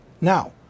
Now